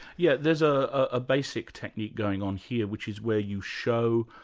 yeah, there's a ah basic technique going on here which is where you show,